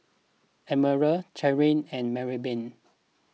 Emerald Cherelle and Marybeth